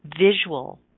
visual